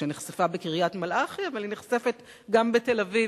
שנחשפה בקריית-מלאכי, אבל היא נחשפת גם בתל-אביב